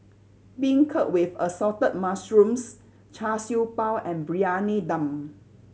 beancurd with Assorted Mushrooms Char Siew Bao and Briyani Dum